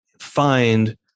find